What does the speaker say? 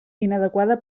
inadequada